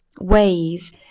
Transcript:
ways